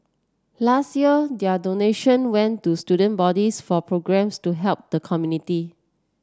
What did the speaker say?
last year their donation went to student bodies for programmes to help the community